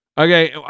Okay